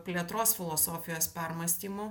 plėtros filosofijos permąstymu